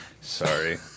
Sorry